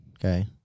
okay